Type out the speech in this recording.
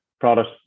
products